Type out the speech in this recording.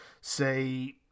say